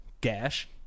Gash